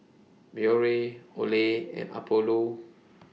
Biore Olay and Apollo